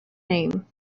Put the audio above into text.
name